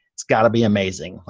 it's gotta be amazing.